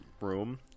room